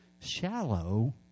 shallow